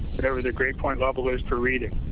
whatever their grade point level is for reading.